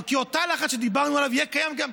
כי אותו לחץ שדיברנו עליו יהיה קיים גם,